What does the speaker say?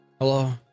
Hello